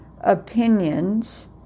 opinions